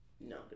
No